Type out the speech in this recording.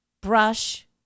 brush